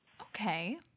Okay